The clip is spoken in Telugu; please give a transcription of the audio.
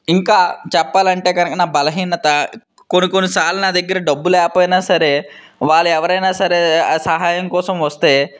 ఇంకా చెప్పాలంటే కనుక నా బలహీనత కొన్ని కొన్ని సార్లు నా దగ్గర డబ్బు లేపోయినా సరే వాళ్ళెవరైనా సరే ఆ సహాయం కోసం వస్తే